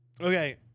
Okay